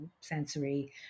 sensory